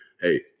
hey